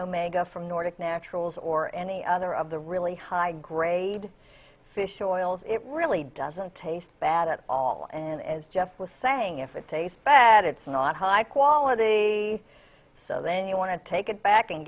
omega from nordic naturals or any other of the really high grade fish oils it really doesn't taste bad at all and as jeff was saying if it tastes bad it's not high quality so then you want to take it back and